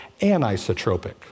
anisotropic